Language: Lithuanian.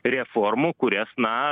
reformų kurias na